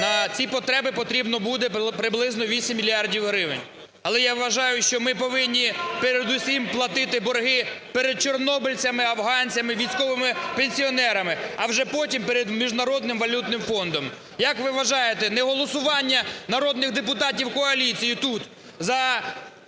на ці потреби потрібно буде приблизно 8 мільярдів гривень, але я вважаю, що ми повинні передусім платити борги перед чорнобильцями, афганцями, військовими пенсіонерами, а вже потім – перед Міжнародним валютним фондом. Як ви вважаєте, неголосування народних депутатів коаліції тут за